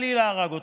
חלילה, הרג אותו.